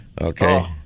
Okay